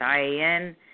IAN